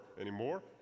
anymore